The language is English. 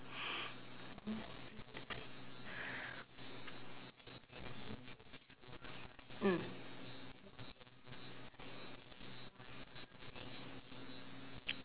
mm